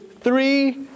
three